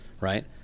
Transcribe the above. right